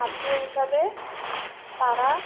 আত্মীয় হিসাবে তারা